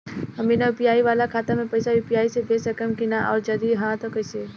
हम बिना यू.पी.आई वाला खाता मे पैसा यू.पी.आई से भेज सकेम की ना और जदि हाँ त कईसे?